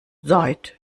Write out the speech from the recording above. seid